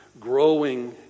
Growing